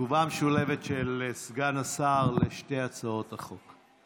תגובה משולבת של סגן השר על שתי הצעות החוק.